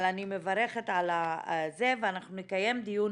אבל אני מברכת על זה, ואנחנו נקיים דיון